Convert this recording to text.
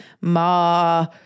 Ma